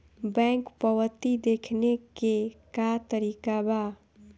Bank पवती देखने के का तरीका बा?